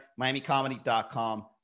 miamicomedy.com